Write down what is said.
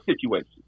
situation